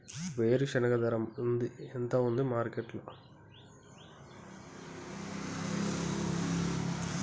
వేరుశెనగ ధర ఎంత ఉంది మార్కెట్ లో?